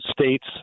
states